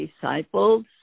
disciples